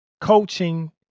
Coaching